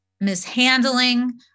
mishandling